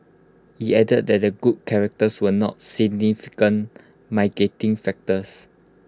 he added that their good characters were not significant factors